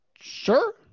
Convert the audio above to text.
Sure